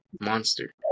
Monster